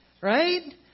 Right